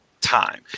time